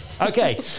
Okay